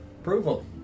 approval